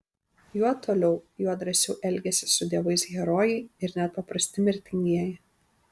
juo toliau juo drąsiau elgiasi su dievais herojai ir net paprasti mirtingieji